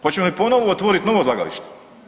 Hoćemo li ponovo otvoriti novo odlagalište?